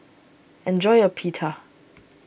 enjoy your Pita